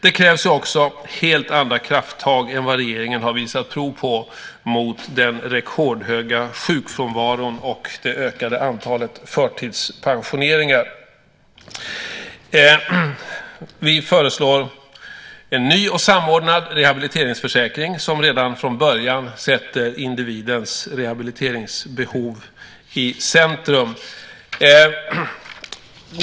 Det krävs helt andra krafttag än vad regeringen har visat prov på mot den rekordhöga sjukfrånvaron och det ökade antalet förtidspensioneringar. Vi föreslår en ny och samordnad rehabiliteringsförsäkring som redan från början sätter individens rehabiliteringsbehov i centrum.